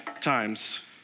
times